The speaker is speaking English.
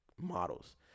models